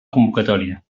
convocatòria